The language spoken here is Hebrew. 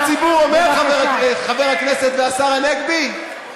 ומה הציבור אומר, חבר הכנסת והשר הנגבי?